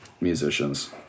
musicians